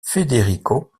federico